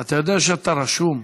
אתה יודע שאתה רשום?